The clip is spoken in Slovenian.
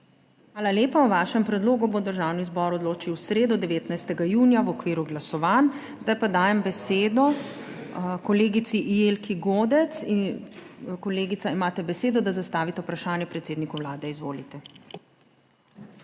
Hvala lepa. O vašem predlogu bo Državni zbor odločil v sredo, 19. junija 2024, v okviru glasovanj. Zdaj pa dajem besedo kolegici Jelki Godec. Kolegica, imate besedo, da zastavite vprašanje predsedniku Vlade. Izvolite.